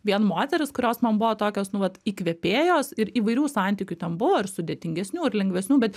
vien moteris kurios man buvo tokios nu vat įkvėpėjos ir įvairių santykių ten buvo ir sudėtingesnių ir lengvesnių bet